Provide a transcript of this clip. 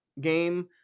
game